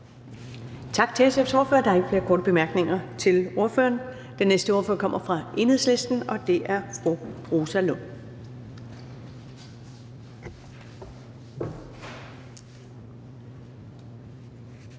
Tak til SF's ordfører. Der er ikke flere korte bemærkninger til ordføreren. Den næste ordfører kommer fra Enhedslisten, og det er fru Rosa Lund.